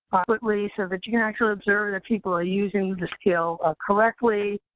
adequately so that you can actually observe that people are using the scale correctly,